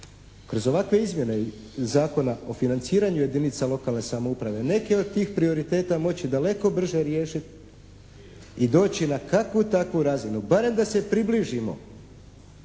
kroz ovakve izmjene Zakona o financiranju jedinica lokalne samouprave, neke od tih prioriteta moći daleko brže riješiti i doći na kakvu takvu razinu. Barem da se približimo